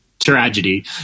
tragedy